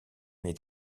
est